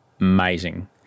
amazing